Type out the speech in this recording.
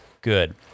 good